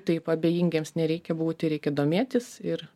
taip abejingiems nereikia būti reikia domėtis ir